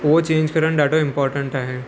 उहो चेंज करणु ॾाढो इंपोर्टैंट आहे